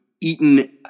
eaten